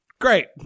Great